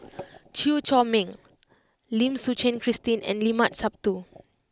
Chew Chor Meng Lim Suchen Christine and Limat Sabtu